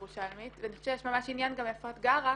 חושבת שיש ממש עניין איפה את גרה,